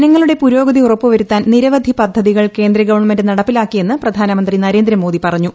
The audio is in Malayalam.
ജനങ്ങളുടെ പുരോഗതി ഉറപ്പു വരുത്താൻ നിരവധി പദ്ധതികൾ കേന്ദ്ര ഗവൺമെന്റ് നടപ്പിലാക്കിയെന്ന് പ്രധാനമന്ത്രി നരേന്ദ്രമോദി പറഞ്ഞു